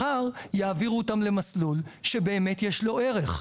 מחר יעבירו אותם למסלול שבאמת יש לו ערך.